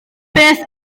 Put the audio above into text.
beth